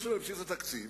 לבסיס התקציב.